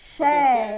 share